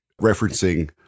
referencing